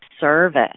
service